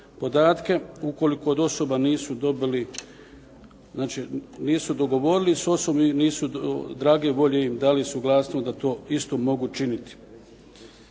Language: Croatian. podatke ukoliko od osoba nisu dobili, nisu dogovorili s osobom ili nisu drage volje im dali suglasnost da to isto mogu činiti.